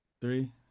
Three